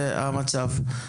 אופק,